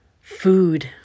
food